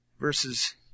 Verses